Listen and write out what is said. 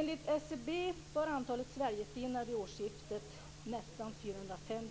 Enligt SCB var antalet sverigefinnar vid årsskiftet nästan 450